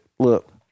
Look